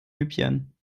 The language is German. libyen